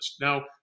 Now